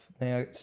Now